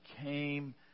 came